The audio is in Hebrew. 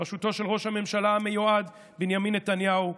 בראשותו של ראש הממשלה המיועד בנימין נתניהו,